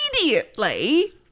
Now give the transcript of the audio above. immediately